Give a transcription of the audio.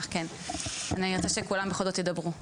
כן, אני רוצה שכולם בכל זאת ידברו.